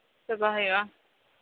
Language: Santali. ᱪᱟᱵᱟ ᱦᱩᱭᱩᱜᱼᱟ